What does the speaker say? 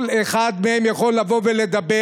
כל אחד מהם יכול לבוא ולדבר.